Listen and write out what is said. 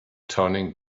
turning